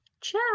Ciao